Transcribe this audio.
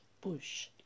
bush